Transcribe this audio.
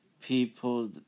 people